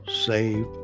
save